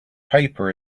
paper